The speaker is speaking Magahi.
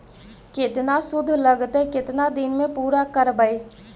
केतना शुद्ध लगतै केतना दिन में पुरा करबैय?